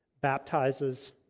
baptizes